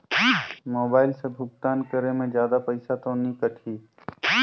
Mobile से भुगतान करे मे जादा पईसा तो नि कटही?